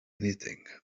anything